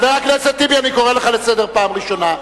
אני קורא לך לסדר פעם ראשונה.